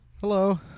Hello